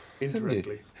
indirectly